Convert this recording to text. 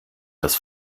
das